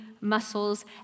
muscles